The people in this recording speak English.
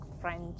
French